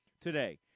today